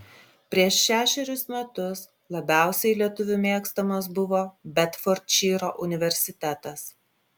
prieš šešerius metus labiausiai lietuvių mėgstamas buvo bedfordšyro universitetas